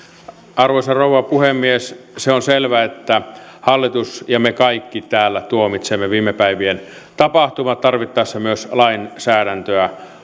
arvoisa rouva puhemies se on selvä että hallitus ja me kaikki täällä tuomitsemme viime päivien tapahtumat tarvittaessa myös lainsäädäntöä